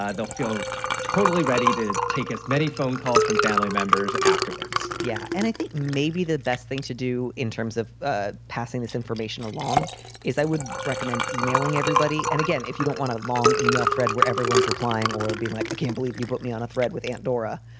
they'll feel totally ready to take as many phone calls from family members afterwards yeah. and i think maybe the best thing to do in terms of ah passing this information along is i would recommend emailing everybody. and again, if you don't want to. long email thread where everyone's replying or being like, i can't believe you put me on a thread with andorra.